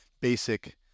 basic